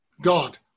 God